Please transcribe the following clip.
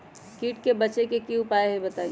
कीट से बचे के की उपाय हैं बताई?